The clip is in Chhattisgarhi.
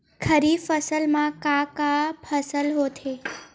खरीफ फसल मा का का फसल होथे?